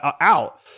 out